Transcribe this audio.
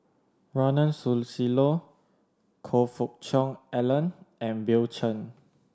Ronald Susilo Choe Fook Cheong Alan and Bill Chen